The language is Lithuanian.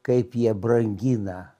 kaip jie brangina